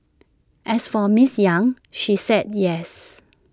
as for Ms yang she said yes